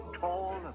tall